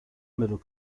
middle